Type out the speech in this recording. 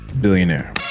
billionaire